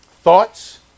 thoughts